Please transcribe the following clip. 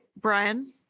brian